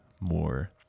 more